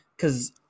Cause